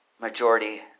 majority